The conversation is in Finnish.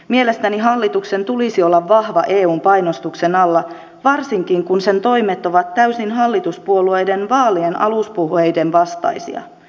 mielestäni hallituksen tulisi olla vahva eun painostuksen alla varsinkin kun sen toimet ovat täysin hallituspuolueiden vaalienaluspuheiden vastaisia